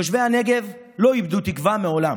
תושבי הנגב לא איבדו תקווה מעולם,